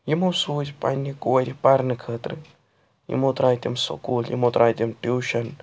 یمو سوٗزۍ پَنٕنہِ کورِ پَرنہٕ خٲطرٕ یمو ترٛایہِ تِم سکوٗل یمو ترٛایہِ تِم ٹیٛوٗشَن